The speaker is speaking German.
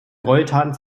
gräueltaten